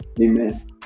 amen